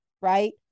right